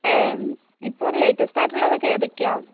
ഇപ്പോൾ ലേറ്റസ്റ്റായിട്ടുള്ളതൊക്കെ ഏതൊക്കെയാണ്